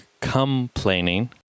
complaining